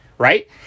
right